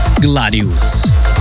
Gladius